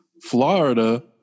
Florida